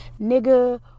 nigga